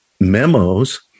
memos